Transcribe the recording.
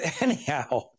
anyhow